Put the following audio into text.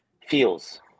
feels